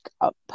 up